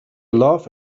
laugh